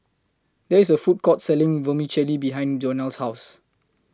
There IS A Food Court Selling Vermicelli behind Jonell's House